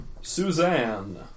Suzanne